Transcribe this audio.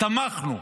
תמכנו.